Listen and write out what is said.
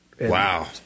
Wow